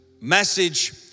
message